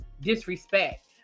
disrespect